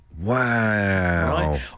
Wow